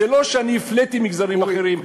זה לא שאני הפליתי מגזרים אחרים.